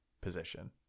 position